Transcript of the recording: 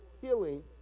healing